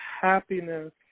happiness